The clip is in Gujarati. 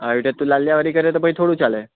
આવી રીતે તું લાલ્યાવાડી કરે તો પછી થોડું ચાલે